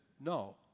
no